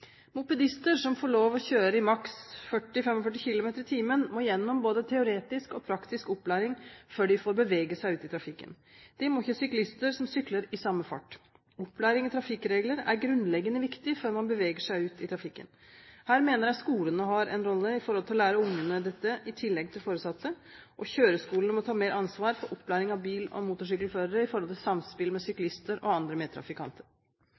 Mopedister som får lov å kjøre i maks 40–45 km/t, må gjennom både teoretisk og praktisk opplæring før de får bevege seg ut i trafikken. Det må ikke syklister som sykler i samme fart. Opplæring i trafikkregler er grunnleggende viktig før man beveger seg ut i trafikken. Her mener jeg skolene i tillegg til foresatte har en rolle å spille når det gjelder å lære ungene dette, og kjøreskolene må ta mer ansvar for opplæring av bil- og motorsykkelførere når det gjelder samspill med syklister og andre medtrafikanter.